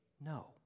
No